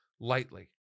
lightly